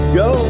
go